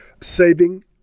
saving